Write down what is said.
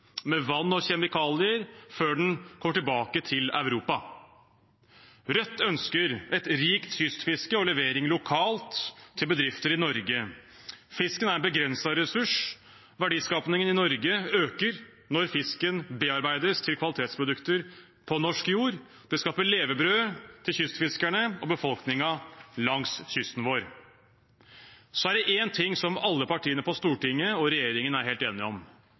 med vann og kjemikalier før den kommer tilbake til Europa. Rødt ønsker et rikt kystfiske og levering lokalt, til bedrifter i Norge. Fisken er en begrenset ressurs. Verdiskapingen i Norge øker når fisken bearbeides til kvalitetsprodukter på norsk jord. Det skaper levebrød for kystfiskerne og befolkningen langs kysten vår. Det er én ting som alle partiene på Stortinget og regjeringen er helt enige om,